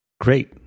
Great